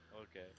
okay